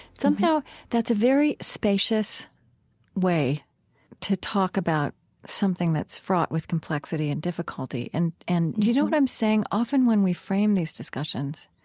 somehow that's a very spacious way to talk about something that's fraught with complexity and difficulty. do and and you know what i'm saying? often when we frame these discussions,